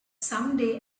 someday